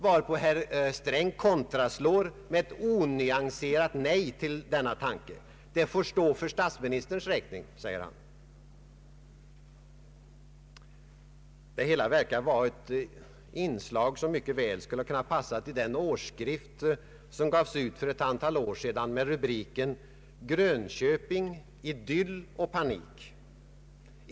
Varpå herr Sträng kontraslår med ett onyanserat nej till denna tanke: ”Det får stå för statsministerns räkning.” Det hela verkar att vara ett inslag som mycket väl skulle ha passat i den årsskrift som gavs ut för ett antal år sedan med rubriken ”Grönköping — idyll och panik”.